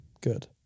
Good